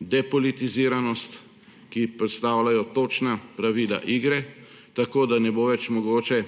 depolitiziranost, ki predstavljajo točna pravila igre, tako da ne bo več mogoče